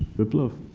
biplav.